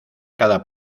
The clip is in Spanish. cada